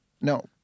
No